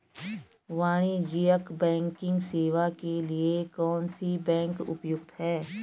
वाणिज्यिक बैंकिंग सेवाएं के लिए कौन सी बैंक उपयुक्त है?